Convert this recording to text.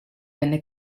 venne